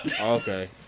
Okay